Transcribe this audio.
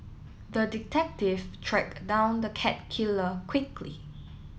the detective tracked down the cat killer quickly